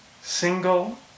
single